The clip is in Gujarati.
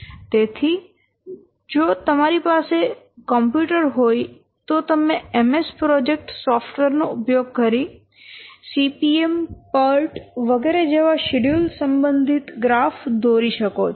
તેથી જો તમારી પાસે જો કોમ્યુટર હોય તો તમે MS પ્રોજેક્ટ સોફ્ટવેર નો ઉપયોગ કરી CPM PERT વગેરે જેવા શેડ્યૂલ સંબંધિત ગ્રાફ દોરી શકો છો